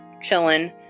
chilling